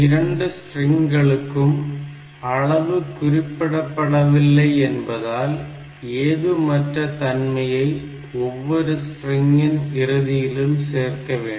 2 ஸ்ட்ரிங்களுக்கும் அளவு குறிப்பிடப்படவில்லை என்பதால் ஏதும் அற்ற தன்மையை ஒவ்வொரு ஸ்ட்ரிங்கின் இறுதியிலும் சேர்க்க வேண்டும்